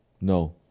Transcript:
No